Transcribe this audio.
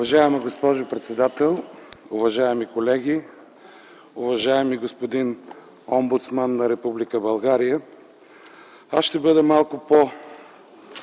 Уважаема госпожо председател, уважаеми колеги, уважаеми господин омбудсман на Република България! Аз ще бъда малко